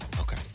Okay